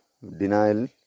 denial